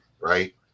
right